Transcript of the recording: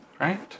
right